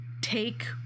Take